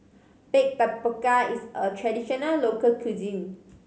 bake tapioca is a traditional local cuisine